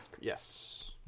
Yes